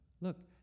look